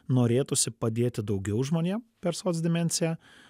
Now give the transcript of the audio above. norėtųsi padėti daugiau žmonėm per soc dimensiją